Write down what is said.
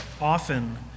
often